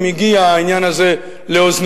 אם הגיע העניין הזה לאוזניהם,